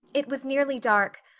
it was nearly dark,